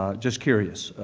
ah just curious.